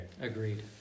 Agreed